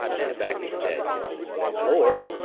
and habacuc said lord,